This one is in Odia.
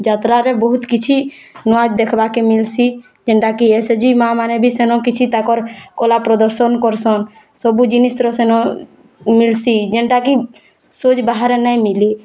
ଯାତ୍ରାରେ ବହୁତ୍ କିଛି ନୂଆ ଦେଖିବା କେ ମିଲ୍ସି କେନ୍ତା କି ଏସ୍ ଏଚ୍ ଜି ମାଆମାନେ ସେମାନେ କିଛି ତାଙ୍କର୍ କଲା ପ୍ରଦର୍ଶନ କର୍ସନ୍ ସବୁ ଜିନିଷ୍ର ସେନ୍ ମିଲ୍ସି ଯେନ୍ତା କି ସୁଜ୍ ବାହାର୍ ନାଇଁ ମିଲି